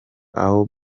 aho